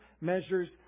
measures